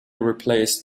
replaced